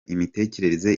imitekerereze